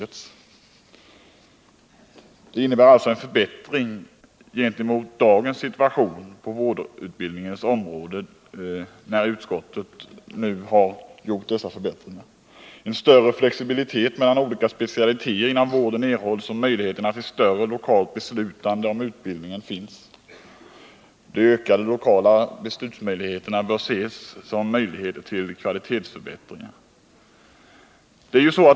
Förslaget innebär alltså en förbättring jämfört med dagens situation på vårdutbildningsområdet. En större flexibilitet mellan olika specialiteter inom vården erhålls, och. möjligheter till ett vidgat lokalt beslutande om utbildningen finns. De ökade möjligheterna för lokala beslut bör också kunna medföra kvalitetsförbättringar.